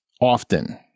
often